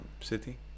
city